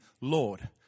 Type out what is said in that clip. Lord